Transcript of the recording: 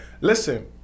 listen